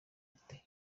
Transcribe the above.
gute